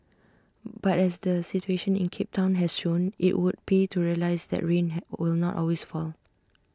but as the situation in cape Town has shown IT would pay to realise that rain had will not always fall